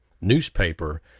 newspaper